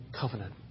covenant